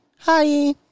Hi